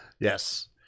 Yes